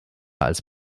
als